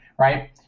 right